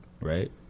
right